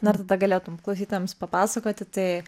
na tada galėtum klausytojams papasakoti tai